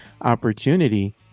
opportunity